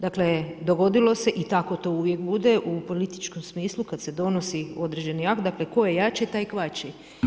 Dakle, dogodilo se i tako to uvijek bude u političkom smislu kad se donosi određeni akt, dakle, tko je jači taj kvači.